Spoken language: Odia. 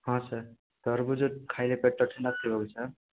ହଁ ସାର୍ ତରଭୁଜ ଖାଇଲେ ପେଟ ଥଣ୍ଡା ଥିବ କି ସାର୍